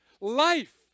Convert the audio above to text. Life